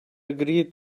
agree